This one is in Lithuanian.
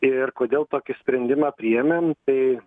ir kodėl tokį sprendimą priėmėm tai